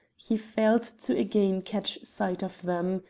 he failed to again catch sight of them.